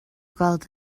gweld